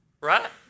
Right